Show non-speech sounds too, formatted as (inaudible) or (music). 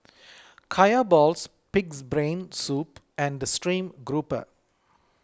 (noise) Kaya Balls Pig's Brain Soup and Stream Grouper